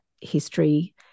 history